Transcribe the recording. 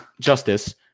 justice